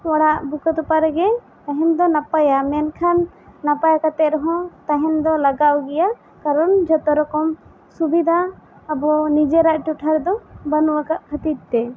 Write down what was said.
ᱚᱲᱟᱜ ᱵᱩᱠᱟᱹ ᱛᱚᱯᱟ ᱨᱮᱜᱮ ᱛᱟᱦᱮᱱ ᱫᱚ ᱱᱟᱯᱟᱭᱟ ᱢᱮᱱᱠᱷᱟᱱ ᱱᱟᱯᱟᱭ ᱠᱟᱛᱮ ᱨᱮᱦᱚᱸ ᱛᱟᱦᱮᱱ ᱫᱚ ᱞᱟᱜᱟᱣ ᱜᱮᱭᱟ ᱠᱟᱨᱚᱱ ᱡᱷᱚᱛᱚ ᱨᱚᱠᱚᱢ ᱥᱩᱵᱤᱫᱟ ᱟᱵᱚ ᱱᱤᱡᱮᱨᱟᱜ ᱴᱚᱴᱷᱟ ᱨᱮᱫᱚ ᱵᱟᱹᱱᱩᱜ ᱟᱠᱟᱜ ᱠᱷᱟᱹᱛᱤᱨ ᱛᱮ